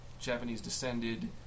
Japanese-descended